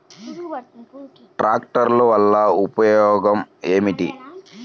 ట్రాక్టర్ల వల్ల ఉపయోగం ఏమిటీ?